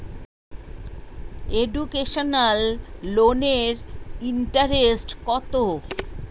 Educational লোনের interest কত?